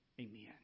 Amen